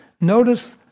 Notice